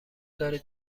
دارید